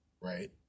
right